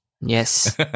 Yes